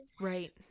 Right